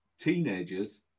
teenagers